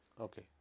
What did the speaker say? okay